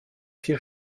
vier